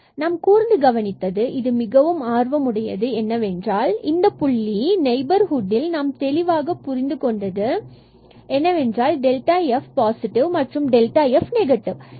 எனவே நாம் கூர்ந்து கவனித்தால் இங்கு மிகவும் ஆர்வம் உடையது என்னவென்றால் இந்த 00 புள்ளிக்கான நெய்பர் ஹுட்டில் நாம் தெளிவாக புரிந்து கொண்டது என்னவென்றால் f பாசிட்டிவ் மற்றும் f நெகட்டிவ்